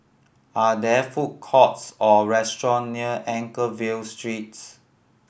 are there food courts or restaurant near Anchorvale Street